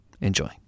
Enjoy